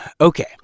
okay